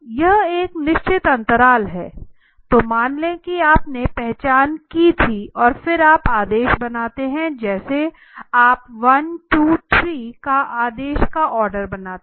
यह एक निश्चित अंतराल है तो मान लें कि आपने पहचान की थी और फिर आप आदेश बनाते हैं जैसे आप 123 का आदेश का आर्डर बनाते हैं